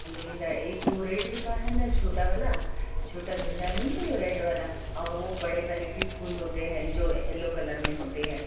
गेंदा एक जो रेड होता है ना छोटा वाला छोटा गेंदा नहीं क्या जो रेड वाला और वो बड़े वाले भी फूल होते हैं जो येलो कलर में होते हैं